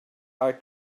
are